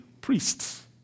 priests